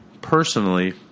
personally